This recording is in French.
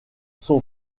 son